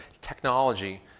technology